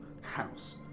house